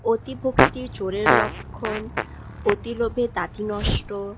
অতি ভক্তি চোরের লক্ষণ অতি লোভে তাঁতি নষ্ট